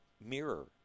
mirror